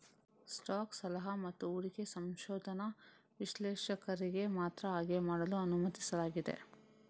stock ಸಲಹಾ ಮತ್ತು ಹೂಡಿಕೆ ಸಂಶೋಧನಾ ವಿಶ್ಲೇಷಕರಿಗೆ ಮಾತ್ರ ಹಾಗೆ ಮಾಡಲು ಅನುಮತಿಸಲಾಗಿದೆ